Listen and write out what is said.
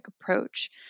approach